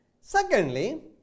secondly